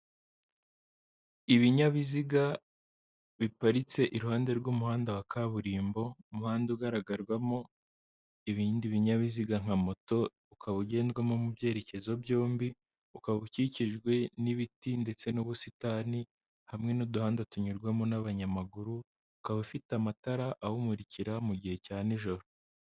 Ibinyabiziga biparitse iruhande rw'umuhanda wa kaburimbo, umuhanda ugaragarwamo ibindi binyabiziga nka moto, ukaba ugendwamo mu byerekezo byombi, ukaba ukikijwe n'ibiti ndetse n'ubusitani hamwe n'uduhanda tunyurwamo n'abanyamaguru, ukaba ufite amatara awumurikira mu gihe cya nijoro.